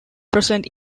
present